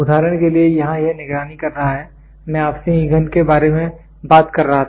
उदाहरण के लिए यहाँ यह निगरानी कर रहा है मैं आपसे ईंधन के बारे में बात कर रहा था